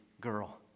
girl